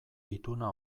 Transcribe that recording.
ituna